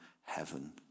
heaven